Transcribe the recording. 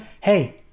Hey